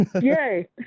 Yay